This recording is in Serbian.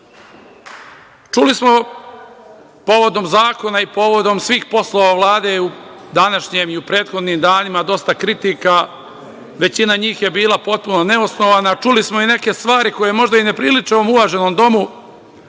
smo povodom zakona i povodom svih poslova Vlade u današnjem i u prethodnim danima dosta kritika. Većina njih je bila potpuno neosnovana. Čuli smo i neke stvari koje možda i ne priliče ovom uvaženom domu